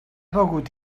begut